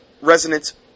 resonance